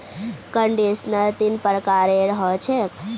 conditioner तीन प्रकारेर ह छेक